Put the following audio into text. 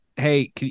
Hey